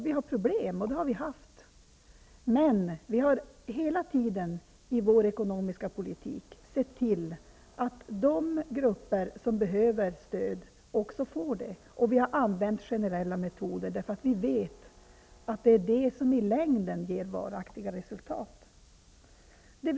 Vi har problem, och det har vi haft, men vi har hela tiden i vår ekonomiska politik sett till att de grupper som behöver stöd också får det. Vi har använt generella metoder därför att vi vet att dessa i längden ger varaktiga resultat.